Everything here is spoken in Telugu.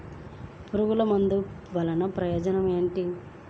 పురుగుల మందుల వల్ల ప్రయోజనం ఏమిటీ?